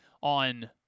on